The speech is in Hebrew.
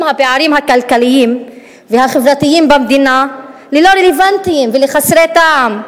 הפערים הכלכליים והחברתיים במדינה ללא רלוונטיים ולחסרי טעם,